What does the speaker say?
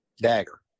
Dagger